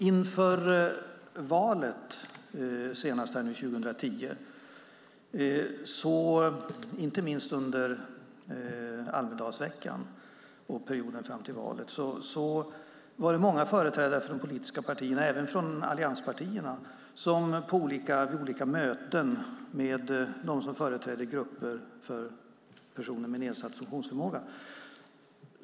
Inför senaste valet 2010 och inte minst under Almedalsveckan och perioden fram till valet var det många företrädare för de politiska partierna, och även för allianspartierna, som hade olika möten med dem som företräder personer med nedsatt funktionsförmåga.